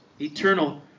eternal